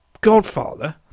Godfather